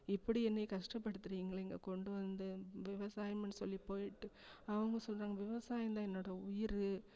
இப்படி என்னை கஷ்டப்படுத்துறீங்களே இங்கே கொண்டு வந்து விவசாயம்ன்னு சொல்லி போய்விட்டு அவங்க சொல்கிறாங்க விவசாயம்தான் என்னோடய உயிர்